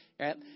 right